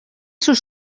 sus